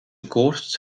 koorts